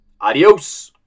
Adios